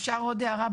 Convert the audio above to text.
אפשר עוד הערה,